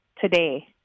today